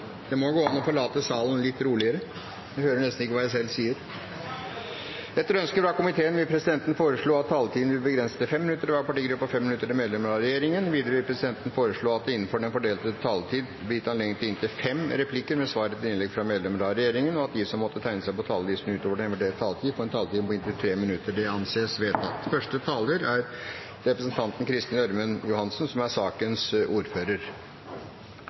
NF-2007, må påregne kostnader for å få en slik løsning på plass. Avinor anslår de samlede kostnadene til om lag ett årsverk, i tillegg til investeringskostnader som ikke er oppgitt. Flere har ikke bedt om ordet til sakene nr. 6 og 7. Etter ønske fra transport- og kommunikasjonskomiteen vil presidenten foreslå at taletiden blir begrenset til 5 minutter til hver partigruppe og 5 minutter til medlem av regjeringen. Videre vil presidenten foreslå at det – innenfor den fordelte taletid – blir gitt anledning til inntil seks replikker med svar etter innlegg fra medlemmer av regjeringen, og at de som måtte tegne seg på talerlisten utover den fordelte taletid, får en